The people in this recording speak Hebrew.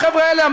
החבר'ה האלה,